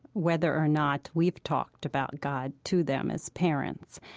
whether or not we've talked about god to them as parents.